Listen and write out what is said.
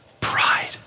pride